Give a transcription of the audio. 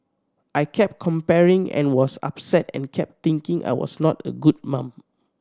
I kept comparing and was upset and kept thinking I was not a good mum